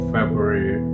February